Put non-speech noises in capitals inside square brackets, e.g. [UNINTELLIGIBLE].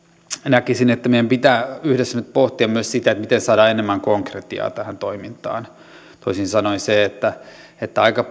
näkisin että meidän pitää yhdessä nyt pohtia myös sitä miten saadaan enemmän konkretiaa tähän toimintaan toisin sanoen aika [UNINTELLIGIBLE]